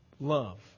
love